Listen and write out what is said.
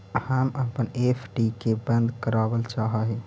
हम अपन एफ.डी के बंद करावल चाह ही